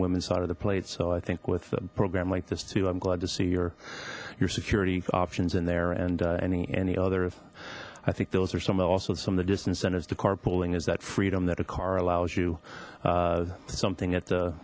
women's side of the plate so i think with the program like this too i'm glad to see your your security options in there and any any other i think those are some of them also some of the distance centers the car pooling is that freedom that a car allows you something at